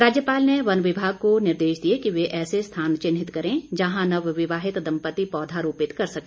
राज्यपाल ने वन विभाग को निर्देश दिए कि वे ऐसे स्थान चिन्हित करें जहां नवविवाहित दम्पत्ति पौधा रोपित कर सके